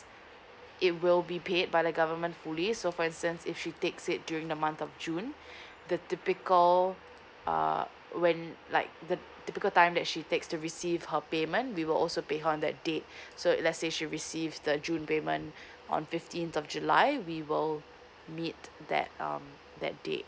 it will be paid by the government fully so for instance if she takes it during the month of june the typical uh when like the typical time that she takes to receive her payment we will also pay her on that day so if let's say she receive the june payment on fifteen of july we will meet that um that day